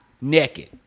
naked